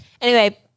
Anyway-